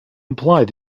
imply